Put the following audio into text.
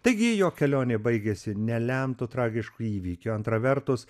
taigi jo kelionė baigėsi nelemtu tragišku įvykiu antra vertus